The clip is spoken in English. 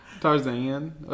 Tarzan